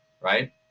right